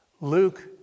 Luke